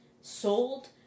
sold